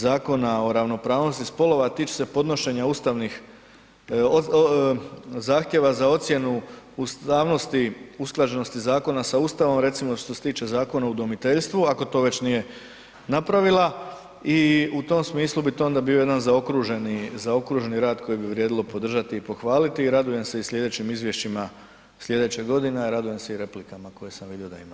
Zakona o ravnopravnosti spolova a tiče se podnošenja ustavnih, zahtjeva za ocjenu ustavnosti usklađenosti zakona sa Ustavom, recimo što se tiče Zakona o udomiteljstvu, ako to već nije napravila i u tom smislu bi to onda bio jedan zaokruženi rad koji bi vrijedilo podržati i pohvaliti i radujem se i sljedećim izvješćima sljedeće godine a radujem se i replikama koje sam vidio da ima.